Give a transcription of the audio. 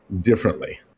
differently